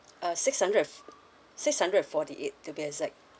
uh six hundred and f~ six hundred and forty eight to be exact